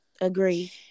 Agree